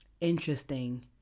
interesting